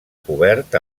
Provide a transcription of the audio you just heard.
cobert